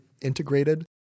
integrated